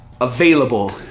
available